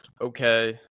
Okay